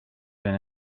been